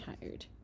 tired